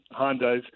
Hondas